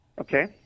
Okay